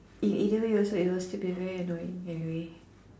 either way it will also it will still be very annoying anyway